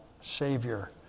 Savior